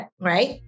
right